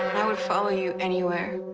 and i would follow you anywhere.